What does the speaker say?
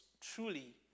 truly